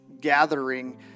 gathering